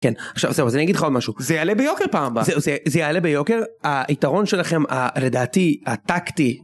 כן, אז אני אגיד לך עוד משהו, זה יעלה ביוקר פעם הבאה, זהו, זה יעלה ביוקר, היתרון שלכם לדעתי הטקטי.